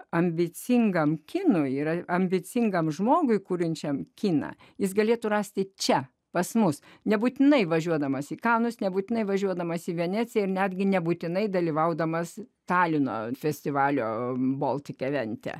ambicingam kinui yra ambicingam žmogui kuriančiam kiną jis galėtų rasti čia pas mus nebūtinai važiuodamas į kalnus nebūtinai važiuodamas į veneciją ir netgi nebūtinai dalyvaudamas talino festivalio baltic šventę